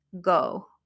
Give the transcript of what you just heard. go